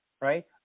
right